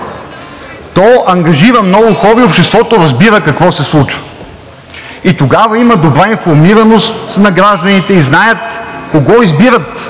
ангажира много хора и обществото разбира какво се случва. Тогава има добра информираност на гражданите, знаят кого избират